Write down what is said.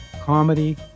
comedy